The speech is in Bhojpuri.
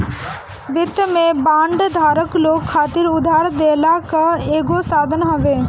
वित्त में बांड धारक लोग खातिर उधार देहला कअ एगो साधन हवे